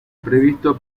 previsto